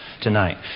tonight